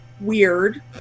weird